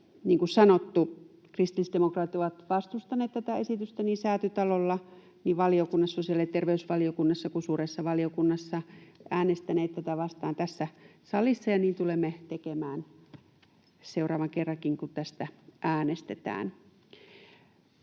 kuin sanottu, kristillisdemokraatit ovat vastustaneet tätä esitystä niin Säätytalolla kuin sosiaali- ja terveysvaliokunnassa ja suuressa valiokunnassakin, ja äänestäneet tätä vastaan tässä salissa, ja niin tulemme tekemään seuraavan kerrankin, kun tästä äänestetään.